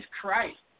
Christ